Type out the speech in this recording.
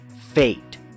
Fate